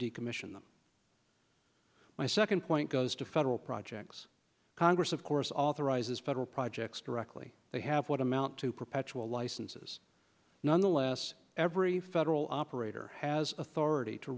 decommission them my second point goes to federal projects congress of course authorizes federal projects directly they have what amounts to perpetual licenses nonetheless every federal operator has authority to